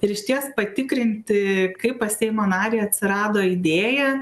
ir išties patikrinti kaip pas seimo narį atsirado idėja